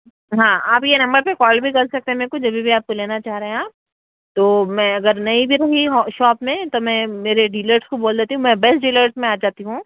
ہاں آپ یہ نمبر پہ کال بھی کر سکتے ہیں میرے کو جبھی بھی آپ کو لینا چاہ رہے ہیں آپ تو میں اگر نہیں بھی رہوں گی وہاں شاپ میں تو میں میرے ڈیلرس کو بول دیتی ہوں میں بیسٹ ڈیلرز میں آ جاتی ہوں